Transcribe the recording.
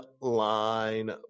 line